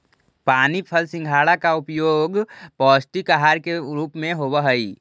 पानी फल सिंघाड़ा का प्रयोग पौष्टिक आहार के रूप में होवअ हई